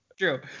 true